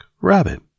rabbit